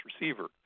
receiver